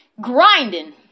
grinding